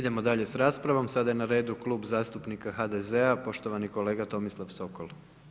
Idemo dalje s raspravo, sada je na redu Klub zastupnika HDZ-a poštovani kolega Tomislav Sokol.